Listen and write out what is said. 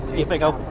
you think of